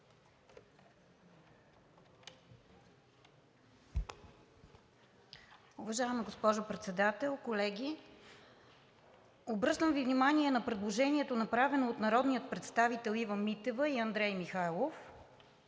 Уважаема госпожо Председател, колеги! Обръщам Ви внимание на предложението, направено от народните представители Ива Митева и Андрей Михайлов,